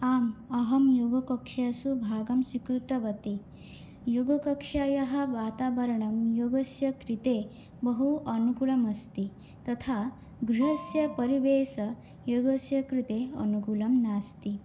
आम् अहं योगकक्षासु भागं स्वीकृतवती योगकक्षायाः वातावरणं योगस्य कृते बहु अनुकूलम् अस्ति तथा गृहस्य परिवेषः योगस्य कृते अनुकूलं नास्ति